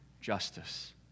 justice